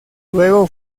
luego